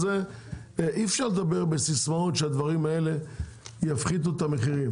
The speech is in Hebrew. אי-אפשר לדבר בסיסמאות ש-"הדברים האלה יפחיתו את המחירים"